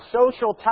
social